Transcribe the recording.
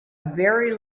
very